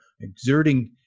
exerting